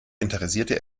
interessierte